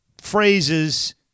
phrases